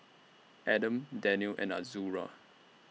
Adam Daniel and Azura